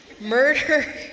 murder